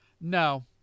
no